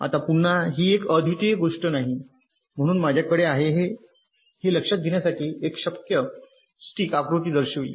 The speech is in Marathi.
आता पुन्हा ही एक अद्वितीय गोष्ट नाही म्हणून माझ्याकडे आहे हे लक्षात घेण्यासाठी एक शक्य स्टिक आकृती दर्शविली